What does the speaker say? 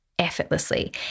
effortlessly